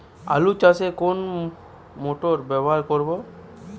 আলু চাষে কোন মোটর ব্যবহার করব?